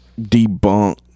debunk